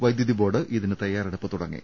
വൈദ്യുതി ബോർഡ് ഇതിന് തയാറെടുപ്പ് തുടങ്ങി